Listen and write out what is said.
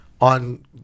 on